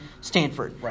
Stanford